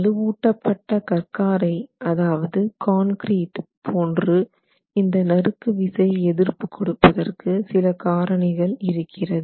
வலுவூட்டப்பட்ட கற்காரை அதாவது கான்கிரீட் போன்று இந்த நறுக்கு விசை எதிர்ப்பு கொடுப்பதற்கு சில காரணிகள் இருக்கிறது